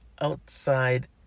outside